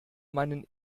meinen